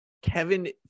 Kevin